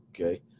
okay